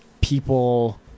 people